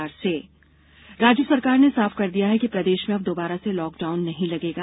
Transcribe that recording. प्रदेश lockdown राज्य सरकार ने साफ कर दिया कि प्रदेश में अब दोबारा से लॉकडाउन नहीं लगेगा